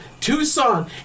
Tucson